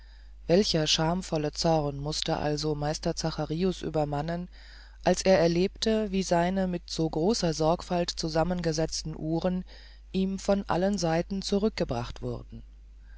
welcher schamvolle zorn mußte also meister zacharius übermannen als er erlebte wie seine mit so großer sorgfalt zusammengesetzten uhren ihm von allen seiten zurückgebracht wurden